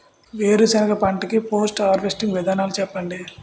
వేరుసెనగ పంట కి పోస్ట్ హార్వెస్టింగ్ విధానాలు చెప్పండీ?